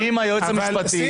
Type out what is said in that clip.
האם היועץ המשפטי --- אבל,